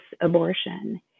abortion